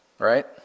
right